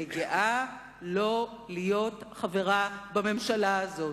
אני גאה לא להיות חברה בממשלה הזאת.